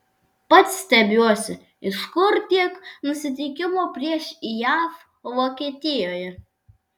pats stebiuosi iš kur tiek nusiteikimo prieš jav vokietijoje